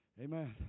Amen